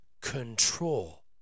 control